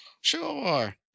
Sure